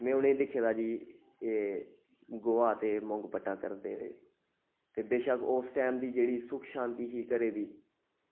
में उ'नेंगी दिक्खे दा जी एह् गोहा ते मोंग पट्टा करदे ते बशक्क उस टैम दी जेह्ड़ी सुख शांति ही घरै दी